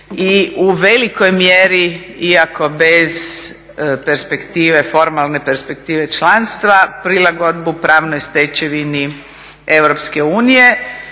i u velikoj mjeri iako bez perspektive, formalne perspektive članstva, prilagodbu pravnoj stečevini EU. U nekim